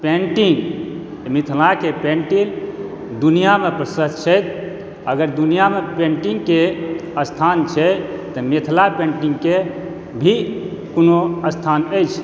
painting मिथिलाके painting दुनिआमे प्रसिद्ध छथि अगर दुनिआमे पेन्टिंगके स्थान छै तऽ मिथिला पेन्टिंग के भी कोनो स्थान अछि